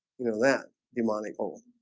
you know that your money